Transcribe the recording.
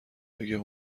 بگه